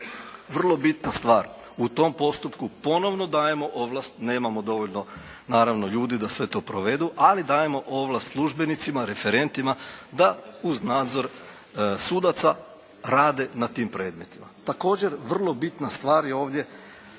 Vrlo bitna stvar u tom postupku ponovno dajemo ovlast. Nemamo dovoljno naravno ljudi da sve to provedu, ali dajemo ovlast službenicima, referentima da uz nadzor sudaca rade na tim predmetima. Također vrlo bitna stvar je ovdje,